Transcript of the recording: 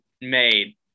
made